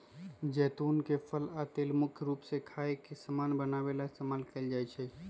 जैतुन के फल आ तेल मुख्य रूप से खाए के समान बनावे ला इस्तेमाल कएल जाई छई